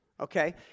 okay